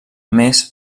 més